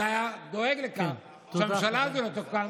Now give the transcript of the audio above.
אז הוא היה דואג לכך שהממשלה הזאת לא תוקם.